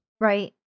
Right